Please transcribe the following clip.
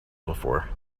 before